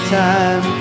time